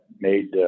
made